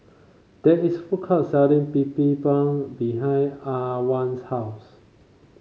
there is food court selling Bibimbap behind Antwan's house